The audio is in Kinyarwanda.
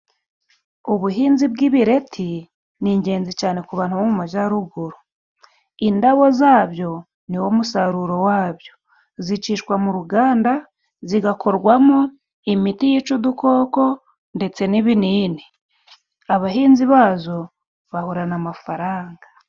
Ubuhinzi bw'ibireti ni ingenzi cane ku bantu bo mu majaruguru, indabo zabyo ni wo musaruro wabyo zicishwa mu ruganda zigakorwamo imiti yica udukoko ndetse n'ibinini ,abahinzi bazo bahorana amafaranga.